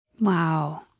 Wow